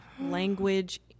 language